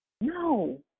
No